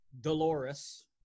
Dolores